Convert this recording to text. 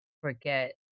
forget